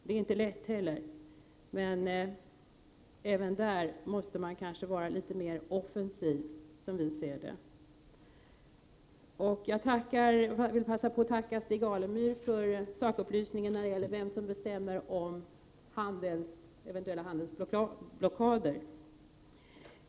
Det är inte lätt att göra något, men även där måste vi kanske vara litet mer offensiva, som miljöpartiet ser det. Jag vill passa på att tacka Stig Alemyr för sakupplysningen rörande vem som bestämmer om eventuella handelsblockader.